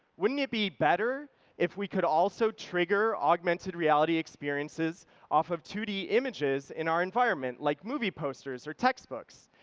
wouldn't it be better if we could also trigger augmented reality experiences experiences off of two d images in our environment, like, movie posters or textbooks?